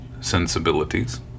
sensibilities